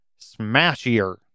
smashier